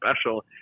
special